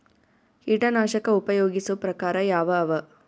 ಕೀಟನಾಶಕ ಉಪಯೋಗಿಸೊ ಪ್ರಕಾರ ಯಾವ ಅವ?